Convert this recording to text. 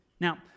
Now